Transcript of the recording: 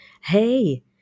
Hey